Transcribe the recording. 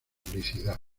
publicidad